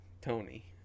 Tony